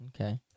Okay